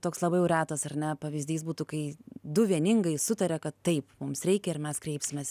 toks labai jau retas ar ne pavyzdys būtų kai du vieningai sutaria kad taip mums reikia ir mes kreipsimės